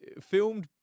filmed